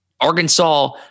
Arkansas